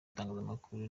itangazamakuru